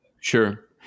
Sure